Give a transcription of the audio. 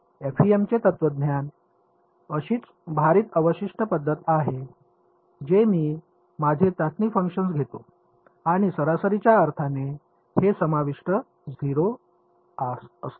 एफईएमचे तत्वज्ञान अशीच भारित अवशिष्ट पद्धत आहे जे मी माझे चाचणी फंक्शन घेतो आणि सरासरीच्या अर्थाने हे अवशिष्ट 0 असते